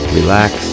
relax